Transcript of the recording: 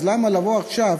אז למה לבוא עכשיו,